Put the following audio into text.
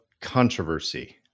controversy